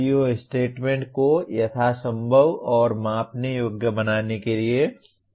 CO statement को यथासंभव और मापने योग्य बनाने के लिए प्रयास करें